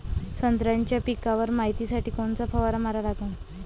संत्र्याच्या पिकावर मायतीसाठी कोनचा फवारा मारा लागन?